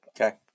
Okay